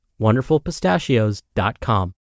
WonderfulPistachios.com